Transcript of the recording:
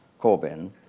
Corbyn